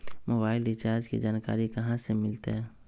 Mobile recharge के जानकारी कहा से मिलतै?